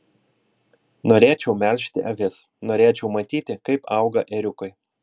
norėčiau melžti avis norėčiau matyti kaip auga ėriukai